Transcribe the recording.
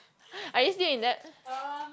are you still in debt